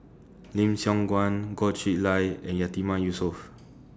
Lim Siong Guan Goh Chiew Lye and Yatiman Yusof